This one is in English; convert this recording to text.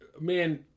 Man